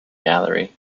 gallery